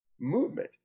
movement